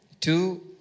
two